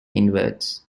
inwards